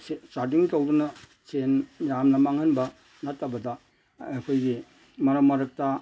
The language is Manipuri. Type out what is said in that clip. ꯆꯥꯗꯤꯡ ꯇꯧꯗꯅ ꯁꯦꯟ ꯌꯥꯝꯅ ꯃꯥꯡꯍꯟꯕ ꯅꯠꯇꯕꯗ ꯑꯩꯈꯣꯏꯒꯤ ꯃꯔꯛ ꯃꯔꯛꯇ